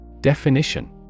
Definition